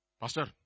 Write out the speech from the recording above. Pastor